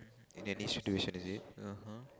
in an institution is it ah !huh!